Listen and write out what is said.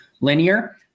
linear